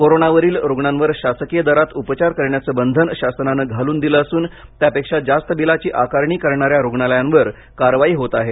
कोरोनावरील रुग्णांवर शासकीय दरात उपचार करण्याचं बंधन शासनाने घालून दिल असून त्यापेक्षा जास्त बिलाची आकारणी करणाऱ्या रुग्णालयावर कारवाई होत आहे